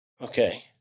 Okay